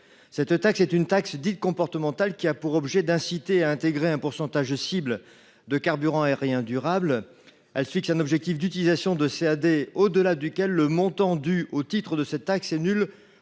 Cette taxe comportementale a pour objet d’inciter à intégrer un pourcentage cible de carburants aériens durables (CAD). Elle fixe un objectif d’utilisation de CAD au delà duquel le montant dû au titre de cette taxe est nul